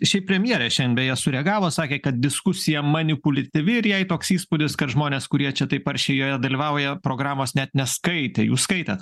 šiaip premjerė šian beje sureagavo sakė kad diskusija manipuliatyvi ir jai toks įspūdis kad žmonės kurie čia taip aršiai joje dalyvauja programos net neskaitė jūs skaitėt